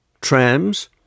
Trams